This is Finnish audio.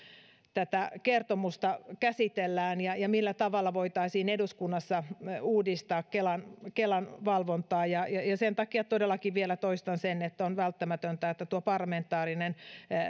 tätä kertomusta käsitellään ja ja millä tavalla voitaisiin eduskunnassa uudistaa kelan kelan valvontaa ja ja sen takia todellakin vielä toistan sen että on välttämätöntä että tuo parlamentaarinen